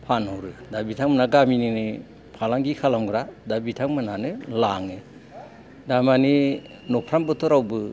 फानहरो दा बिथांमोना गामिनिनो फालांगि खालामग्रा दा बिथांमोनानो लाङो थारमानि न'फ्रामबोथ' रावबो